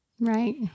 Right